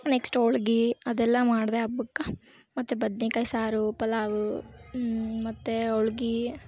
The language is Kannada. ನೆಕ್ಸ್ಟ್ ಹೋಳ್ಗೀ ಅದೆಲ್ಲ ಮಾಡದೆ ಹಬ್ಬಕ್ಕ ಮತ್ತು ಬದ್ನೆಕಾಯ್ ಸಾರು ಪಲಾವು ಮತ್ತು ಹೋಳ್ಗೀ